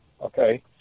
Okay